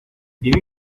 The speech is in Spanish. dicen